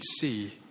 see